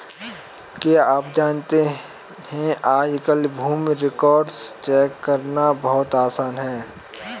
क्या आप जानते है आज कल भूमि रिकार्ड्स चेक करना बहुत आसान है?